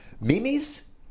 Mimi's